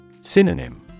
Synonym